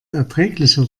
erträglicher